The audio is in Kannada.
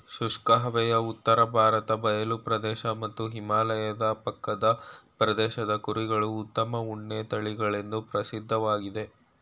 ಶುಷ್ಕ ಹವೆಯ ಉತ್ತರ ಭಾರತ ಬಯಲು ಪ್ರದೇಶ ಮತ್ತು ಹಿಮಾಲಯ ಪಕ್ಕದ ಪ್ರದೇಶದ ಕುರಿಗಳು ಉತ್ತಮ ಉಣ್ಣೆ ತಳಿಗಳೆಂದು ಪ್ರಸಿದ್ಧವಾಗಯ್ತೆ